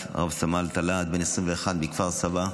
רב-סמל טל להט, בן 21 מכפר סבא.